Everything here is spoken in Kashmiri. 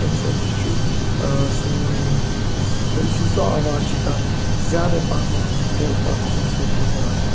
تمہِ سۭتۍ تہِ چھُ سون یہِ تٔمۍ سٕنٛز سُہ آواز چھُ تَتھ زیادَے پَہمَتھ تمۍ تَتھ خوٗبصوٗرتی ہُراوان